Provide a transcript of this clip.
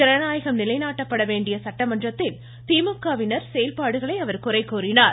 ஜனநாயகம் நிலைநாட்டப்பட வேண்டிய சட்டமன்றத்தில் திமுகவினரின் செயல்பாடுகளை அவர் குறைகூறினார்